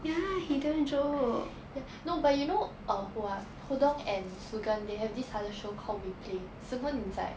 no but you know who ah ho dong and soo geun they have this other show called we play sung woon inside